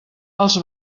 els